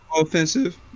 offensive